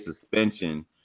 suspension